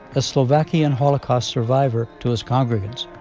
a slovakian holocaust survivor, to his congregants.